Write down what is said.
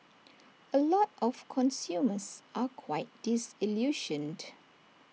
A lot of consumers are quite disillusioned